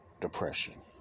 Depression